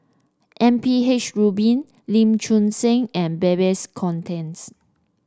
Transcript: M P H Rubin Lee Choon Seng and Babes Conde